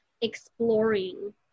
exploring